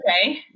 okay